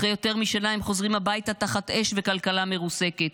אחרי יותר משנה הם חוזרים הביתה תחת אש וכלכלה מרוסקת.